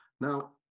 Now